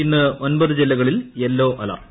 ഇന്ന് ഒൻപത് ജില്ലകളിൽ യെല്ലോ അലർട്ട്